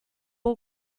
your